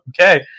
Okay